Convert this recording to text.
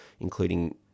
including